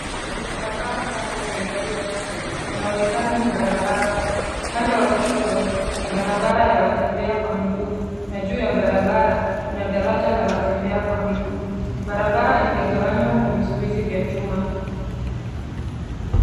Barabara panda yenye gari chache inaonekana ni barabara kuu, upande wa kushoto kuna barabara ya watembea kwa miguu na juu ya barabara kuna daraja la watembea kwa miguu barabara imegawanywa na vizuizi vya chuma.